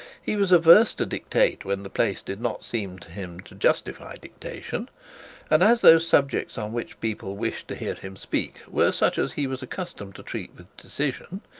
he was averse to dictate when the place did not seem to him to justify dictation and as those subjects on which people wished to hear him speak were such as he was accustomed to treat with decision,